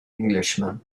englishman